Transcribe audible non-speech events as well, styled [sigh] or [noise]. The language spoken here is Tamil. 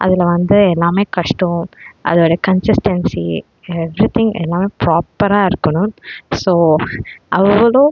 அதில் வந்து எல்லாம் கஷ்டம் அதோடய கன்சஸ்டென்ஸி எவ்டிரிதிங் எல்லாம் ப்ராப்பராக இருக்கணும் ஸோ [unintelligible]